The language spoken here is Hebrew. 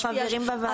אנחנו חברים בוועדה.